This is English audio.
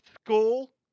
school